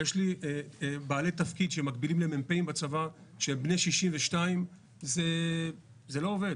ויש לי בעלי תפקיד שהם מקבילים למ"פ בצבא שהם בני 62. זה לא עובד.